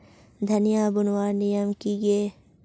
धनिया बूनवार नियम की गे?